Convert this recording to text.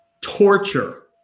torture